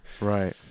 Right